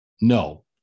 No